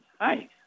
Hi